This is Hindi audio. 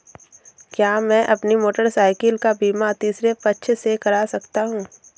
क्या मैं अपनी मोटरसाइकिल का बीमा तीसरे पक्ष से करा सकता हूँ?